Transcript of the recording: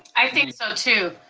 i think so too.